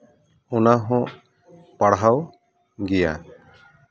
ᱚᱱᱟᱦᱚᱸ ᱯᱟᱲᱦᱟᱣ ᱜᱮᱭᱟ